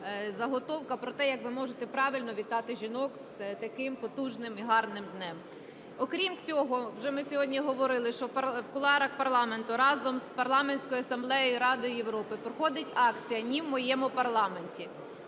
заготовка про те, як ви можете правильно вітати жінок з таким потужним і гарним днем. Окрім цього, вже ми сьогодні говорили, що в кулуарах парламенту разом з Парламентською асамблеєю Ради Європи проходить акція "Не в моєму парламенті".